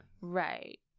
Right